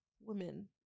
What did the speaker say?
women